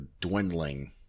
dwindling